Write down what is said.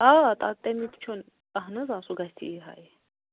آ تَتھ تَمیُک چھُنہٕ اَہَن حظ آ سُہ گژھِی ہاے